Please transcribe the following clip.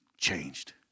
changed